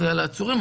על העצורים.